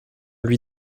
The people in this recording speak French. lui